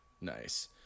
Nice